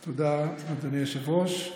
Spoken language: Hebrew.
תודה, אדוני היושב-ראש.